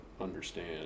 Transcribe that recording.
understand